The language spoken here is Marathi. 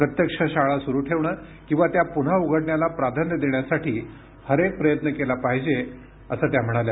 प्रत्यक्ष शाळा सुरु ठेवणं किंवा त्या पुन्हा उघडण्याला प्राधान्य देण्यासाठी हरएक प्रयत्न केला पाहिजे असं त्यांनी सांगितलं